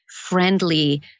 friendly